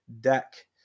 deck